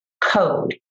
code